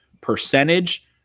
percentage